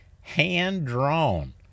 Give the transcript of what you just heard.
hand-drawn